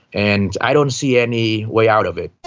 and i don't see any way out of it.